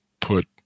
put